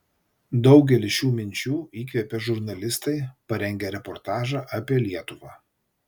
daugelį šių minčių įkvėpė žurnalistai parengę reportažą apie lietuvą